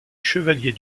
chevalier